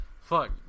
fuck